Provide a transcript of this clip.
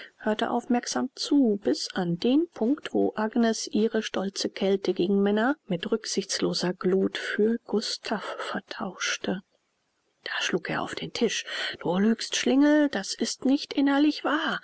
hörte aufmerksam zu bis an den punct wo agnes ihre stolze kälte gegen männer mit rücksichtsloser gluth für gustav vertauscht da schlug er auf den tisch du lügst schlingel das ist nicht innerlich wahr